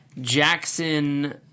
Jackson